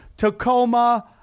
Tacoma